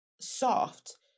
soft